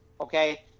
Okay